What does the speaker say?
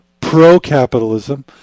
pro-capitalism